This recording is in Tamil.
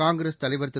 காங்கிரஸ் தலைவர் திரு